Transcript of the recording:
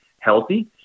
healthy